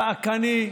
צעקני,